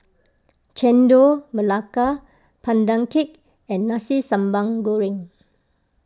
Chendol Melaka Pandan Cake and Nasi Sambal Goreng